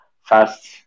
fast